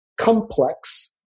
complex